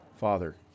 Father